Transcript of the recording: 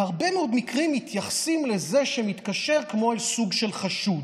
בהרבה מאוד מקרים מתייחסים לזה שמתקשר כמו אל סוג של חשוד,